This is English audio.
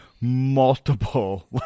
multiple